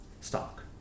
stock